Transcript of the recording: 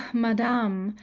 madam,